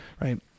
Right